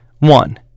One